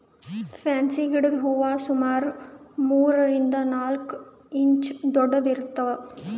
fancy ಗಿಡದ್ ಹೂವಾ ಸುಮಾರ್ ಮೂರರಿಂದ್ ನಾಲ್ಕ್ ಇಂಚ್ ದೊಡ್ಡದ್ ಇರ್ತವ್